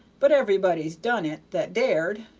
but everybody done it that dared,